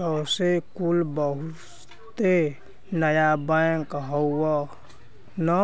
Deutsche कुल बहुते नया बैंक हउवन